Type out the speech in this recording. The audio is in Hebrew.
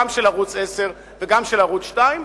גם של ערוץ-10 וגם של ערוץ-2,